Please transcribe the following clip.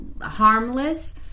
harmless